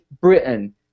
Britain